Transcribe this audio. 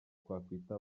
twakwita